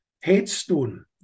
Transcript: headstone